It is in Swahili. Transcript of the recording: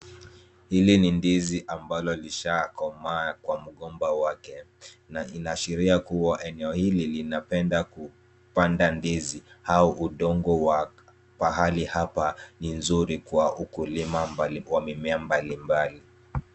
Hili ni ndizi ambalo lishakoma kwa mgomba wake na linashiria kuwa eneo hili linapenda kupanda ndizi au udongo wake mahali hapa ni nzuri kwa ukulima mbali, kwa mimea mbalimbali.